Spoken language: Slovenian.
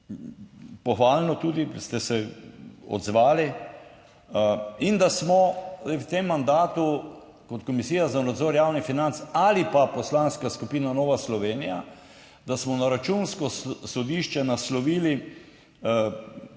pohvalno, tudi ste se odzvali - in da smo zdaj v tem mandatu kot Komisija za nadzor javnih financ ali pa Poslanska skupina Nova Slovenija, da smo na Računsko sodišče naslovili